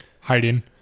hiding